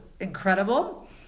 incredible